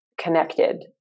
connected